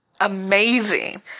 amazing